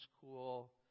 cool